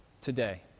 today